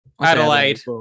Adelaide